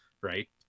right